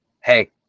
hey